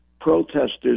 protesters